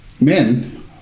men